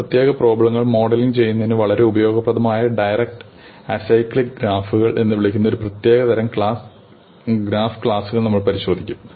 ചില പ്രത്യേക പ്രോബ്ലങ്ങൾ മോഡലിംഗ് ചെയ്യുന്നതിന് വളരെ ഉപയോഗപ്രദമായ ഡയറക്റ്റ് അസൈക്ലിക് ഗ്രാഫുകൾ എന്ന് വിളിക്കുന്ന ഒരു പ്രത്യേക ക്ലാസ് ഗ്രാഫുകൾ നമ്മൾ പരിശോധിക്കും